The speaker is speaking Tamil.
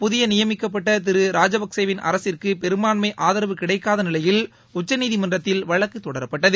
புதிய நியமிக்கப்பட்ட திரு ராஜபக்சே வின் அரசிற்கு பெரும்பான்மை ஆதரவு கிடைக்காத நிலையில் உச்சநீதிமன்றத்தில் வழக்கு தொடரப்பட்டது